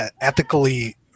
ethically